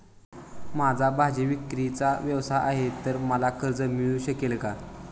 माझा भाजीविक्रीचा व्यवसाय आहे तर मला कर्ज मिळू शकेल का?